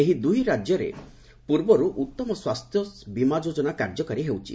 ଏହି ଦୂଇ ରାଜ୍ୟରେ ଉତ୍ତମ ସ୍ୱାସ୍ଥ୍ୟବୀମା ଯୋଜନା କାର୍ଯ୍ୟକାରୀ ହେଉଛି